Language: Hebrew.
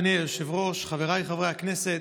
אדוני היושב-ראש, חבריי חברי הכנסת,